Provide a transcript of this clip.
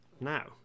Now